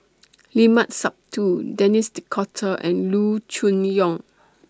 Limat Sabtu Denis D'Cotta and Loo Choon Yong